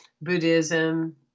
Buddhism